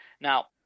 Now